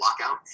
lockout